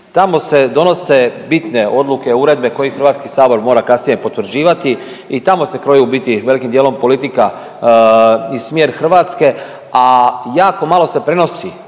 tamo se donose bitne odluke, uredbe koje Hrvatski sabor mora kasnije potvrđivati i tamo kroji u biti velikim dijelom politika i smjer Hrvatske, a jako malo se prenosi